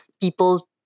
people